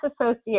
associate